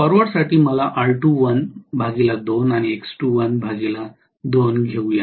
फॉरवर्डसाठी मला R2l 2 आणि X2l 2 घेऊ द्या